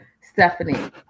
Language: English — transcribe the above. Stephanie